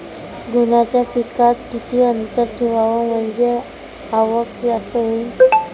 गव्हाच्या पिकात किती अंतर ठेवाव म्हनजे आवक जास्त होईन?